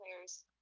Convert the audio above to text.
players